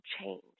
change